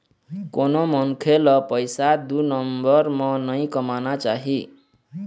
कोनो मनखे ल पइसा दू नंबर म नइ कमाना चाही